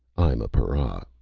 i'm a para,